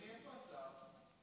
אדוני, איפה השר?